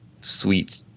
sweet